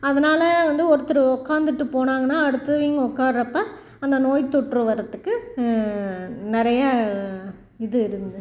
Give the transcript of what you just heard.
அதனால் வந்து ஒருத்தர் உட்கார்ந்துட்டு போனாங்கன்னால் அடுத்தவயிங்க உட்கார்ரப்ப அந்த நோய் தொற்று வர்றத்துக்கு நிறைய இது இருந்து